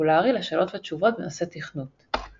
פופולרי לשאלות ותשובות בנושא תכנות.